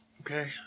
Okay